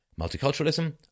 multiculturalism